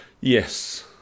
Yes